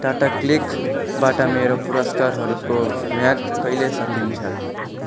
टाटा क्लिकबाट मेरो पुरस्कारहरूको म्याद कहिले सकिन्छ